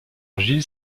gilles